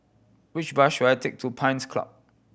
which bus should I take to Pines Club